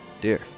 dear